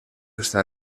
está